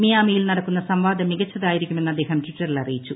മിയാമിയിൽ നടക്കുന്ന സംവാദം മികച്ചതായിരിക്കുമെന്ന് അദ്ദേഹം ട്വിറ്ററിൽ അറിയിച്ചു